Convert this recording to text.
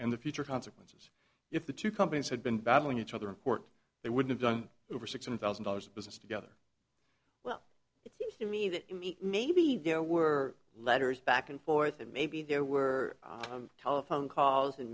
and the future consequences if the two companies had been battling each other in court they would have done over six hundred thousand dollars business together well it seems to me that maybe there were letters back and forth and maybe there were telephone calls and